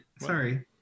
Sorry